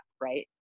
right